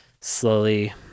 slowly